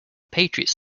patriots